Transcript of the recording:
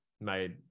made